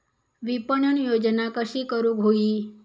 विपणन योजना कशी करुक होई?